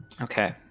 Okay